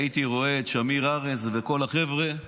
הייתי רואה את שמיר, ארנס וכל החבר'ה.